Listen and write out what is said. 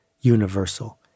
universal